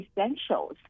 essentials